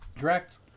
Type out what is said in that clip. Correct